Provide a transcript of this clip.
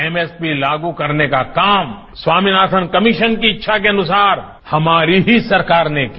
M S P लागू करने का काम स्वामीनाथन कमीशन की इच्छा के अनुसार हमारी ही सरकार ने किया